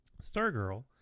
Stargirl